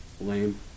Lame